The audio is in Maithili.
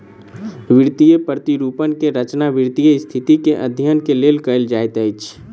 वित्तीय प्रतिरूपण के रचना वित्तीय स्थिति के अध्ययन के लेल कयल जाइत अछि